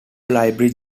library